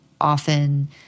often